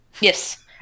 Yes